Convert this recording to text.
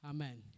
Amen